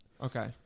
Okay